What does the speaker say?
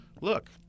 look